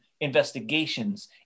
investigations